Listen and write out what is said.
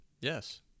Yes